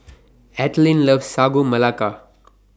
Ethelene loves Sagu Melaka